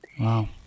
Wow